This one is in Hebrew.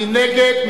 מי נגד?